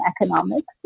economics